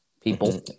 people